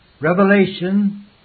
Revelation